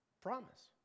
Promise